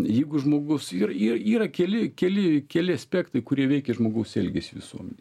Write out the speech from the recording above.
jeigu žmogus yr yra yra keli keli keli aspektai kurie veikia žmogaus elgesį visuomenėj